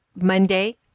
Monday